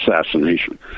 assassination